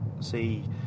see